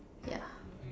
yeah